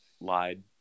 lied